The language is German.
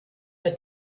der